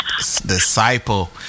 Disciple